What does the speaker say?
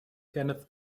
kenneth